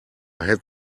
had